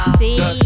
see